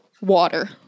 Water